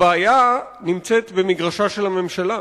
הבעיה נמצאת במגרשה של הממשלה,